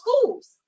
schools